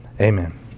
Amen